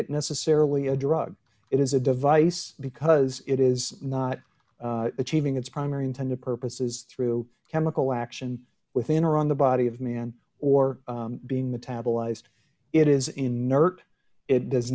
it necessarily a drug it is a device because it is not achieving its primary intended purposes through chemical action within or on the body of man or being metabolized it is inert it does